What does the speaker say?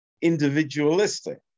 individualistic